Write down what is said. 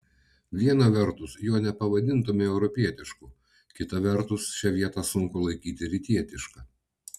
viena vertus jo nepavadintumei europietišku kita vertus šią vietą sunku laikyti rytietiška